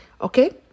okay